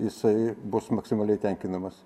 jisai bus maksimaliai tenkinamas